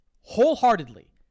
wholeheartedly